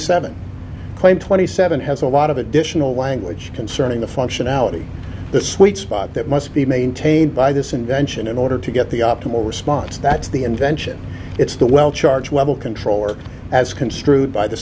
claim twenty seven has a lot of additional language concerning the functionality the sweet spot that must be maintained by this invention in order to get the optimal response that's the invention it's the well charge level controller as construed by the